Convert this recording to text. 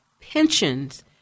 pensions